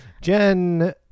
Jen